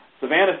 Savannah